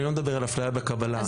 אני לא מדבר על אפליה בקבלה,